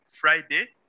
friday